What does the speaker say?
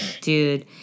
Dude